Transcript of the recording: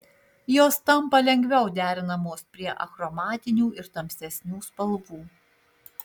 jos tampa lengviau derinamos prie achromatinių ir tamsesnių spalvų